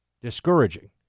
discouraging